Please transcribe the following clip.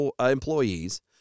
employees